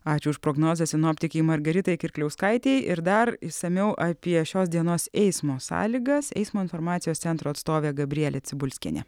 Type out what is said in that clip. ačiū už prognozę sinoptikei margaritai kirkliauskaitei ir dar išsamiau apie šios dienos eismo sąlygas eismo informacijos centro atstovė gabrielė cibulskienė